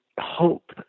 hope